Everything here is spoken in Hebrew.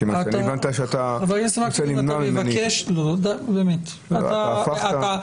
מכיוון שאני הבנתי שאתה רוצה למנוע ממני --- חה"כ מקלב,